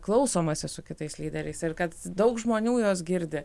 klausomasi su kitais lyderiais ir kad daug žmonių juos girdi